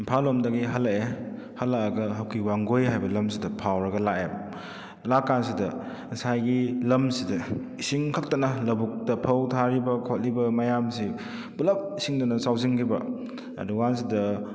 ꯏꯝꯐꯥꯜ ꯂꯣꯝꯗꯒꯤ ꯍꯜꯂꯛꯑꯦ ꯍꯜꯂꯛꯂꯒ ꯍꯧꯖꯤꯛꯀꯤ ꯋꯥꯡꯒꯣꯏ ꯍꯥꯏꯕ ꯂꯝꯁꯤꯗ ꯐꯥꯎꯔꯒ ꯂꯥꯛꯑꯦ ꯂꯥꯛ ꯀꯥꯟꯁꯤꯗ ꯉꯁꯥꯏꯒꯤ ꯂꯝꯁꯤꯗ ꯏꯁꯤꯡ ꯈꯛꯇꯅ ꯂꯕꯨꯛꯇ ꯐꯧ ꯊꯥꯔꯤꯕ ꯈꯣꯠꯂꯤꯕ ꯃꯌꯥꯝꯁꯤ ꯄꯨꯂꯞ ꯏꯁꯤꯡꯗꯨꯅ ꯆꯥꯎꯁꯤꯟꯈꯤꯕ ꯑꯗꯨ ꯀꯥꯟꯁꯤꯗ